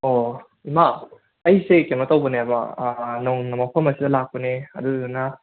ꯑꯣ ꯏꯃꯥ ꯑꯩꯁꯦ ꯀꯩꯅꯣ ꯇꯧꯕꯅꯦꯕ ꯅꯧꯅ ꯃꯐꯝ ꯑꯁꯤꯗ ꯂꯥꯛꯄꯅꯦ ꯑꯗꯨꯗꯨꯅ